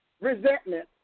resentment